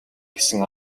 гэсэн